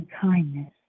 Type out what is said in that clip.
kindness